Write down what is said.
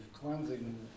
Cleansing